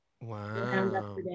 Wow